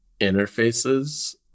interfaces